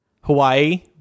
Hawaii